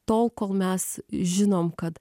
tol kol mes žinom kad